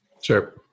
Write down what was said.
Sure